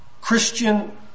Christian